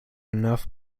enough